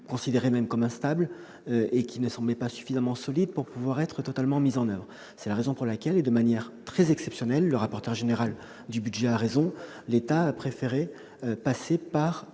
considérés même comme instables et qui ne semblaient pas assez solides pour pouvoir être totalement mis en oeuvre. C'est la raison pour laquelle, de manière très exceptionnelle- M. le rapporteur général a raison -, l'État a préféré passer par